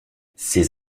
ces